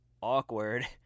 awkward